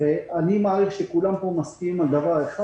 אני מעריך שכולם פה מסכימים על דבר אחד